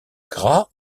gras